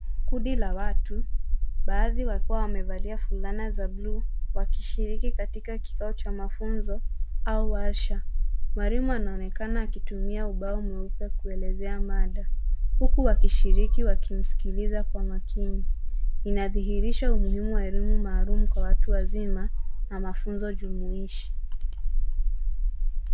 Kundi la watu, baadhi wakiwa wamevalia fulana za buluu wakishiriki katika kikao cha mafunzo au warsha. Mwalimu anaonekana akitumia ubao mweupe kuelezea mada huku wakishiriki wakimsikiliza kwa makini. Ina dhihirisha umuhimu wa elimu maalum kwa watu wazima na mafunzo jumuishi.